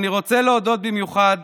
אני רוצה להודות במיוחד